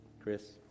Chris